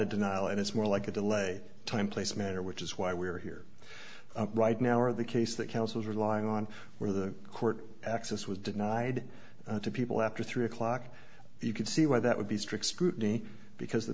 a denial and it's more like a delay time place manner which is why we're here right now or the case that counsels relying on where the court access was denied to people after three o'clock you can see why that would be strict